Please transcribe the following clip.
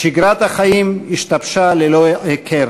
שגרת החיים השתבשה ללא הכר,